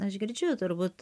aš girdžiu turbūt